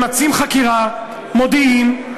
ממצים חקירה, מודיעים.